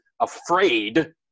afraid